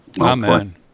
Amen